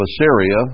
Assyria